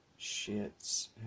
shits